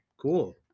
Cool